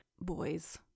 boys